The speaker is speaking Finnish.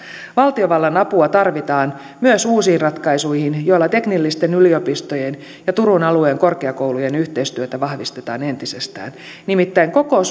valtiovallan apua tarvitaan myös uusiin ratkaisuihin joilla teknillisten yliopistojen ja turun alueen korkeakoulujen yhteistyötä vahvistetaan entisestään nimittäin koko